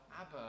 Abba